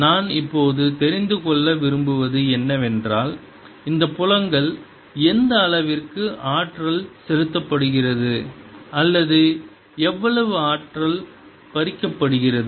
நான் இப்போது தெரிந்து கொள்ள விரும்புவது என்னவென்றால் இந்தப் புலங்கள் எந்த அளவிற்கு ஆற்றல் செலுத்தப்படுகிறது அல்லது எவ்வளவு ஆற்றல் பறிக்கப்படுகிறது